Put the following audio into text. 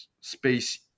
space